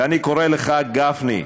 ואני קורא לך גפני,